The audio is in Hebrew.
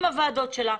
עם הוועדות שלה,